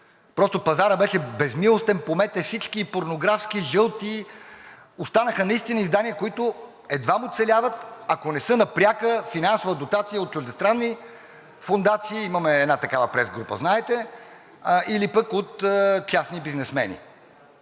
Просто пазарът беше безмилостен, помете всички порнографски, жълти, останаха наистина издания, които едвам оцеляват, ако не са на пряка финансова дотация от чуждестранни фондации. Имаме една такава пресгрупа, знаете, или от частни бизнесмени.